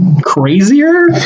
crazier